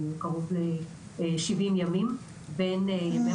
יש פער מאוד גדול של קרוב ל-70 ימים בין ימי